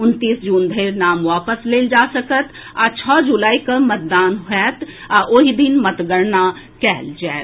उनतीस जून धरि नाम वापस लेल जा सकत आ छओ जुलाई के मतदान होएत आ ओहि दिन मतगणना कएल जाएत